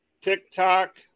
TikTok